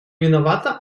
виновата